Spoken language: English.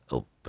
op